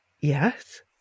Yes